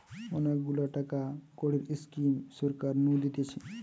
অনেক গুলা টাকা কড়ির স্কিম সরকার নু দিতেছে